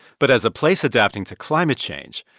but as a place adapting to climate change,